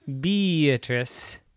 Beatrice